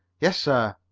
yes, sir.